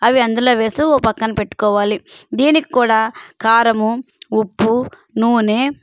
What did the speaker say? అవి అందులో వేస్తూ ఒక పక్కన పెట్టుకోవాలి దీనికి కూడా కారము ఉప్పు నూనె